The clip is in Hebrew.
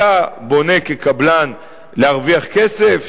אתה בונה כקבלן להרוויח כסף,